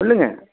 சொல்லுங்க